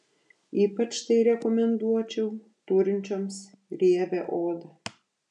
ypač tai rekomenduočiau turinčioms riebią odą